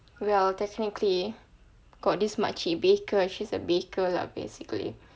well technically got this makcik baker she's a baker lah basically